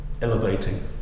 elevating